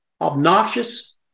obnoxious